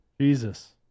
Jesus